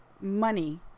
money